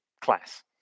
class